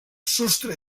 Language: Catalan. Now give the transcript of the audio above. sostre